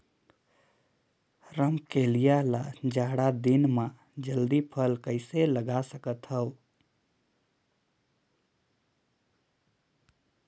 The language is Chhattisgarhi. रमकलिया ल जाड़ा दिन म जल्दी फल कइसे लगा सकथव?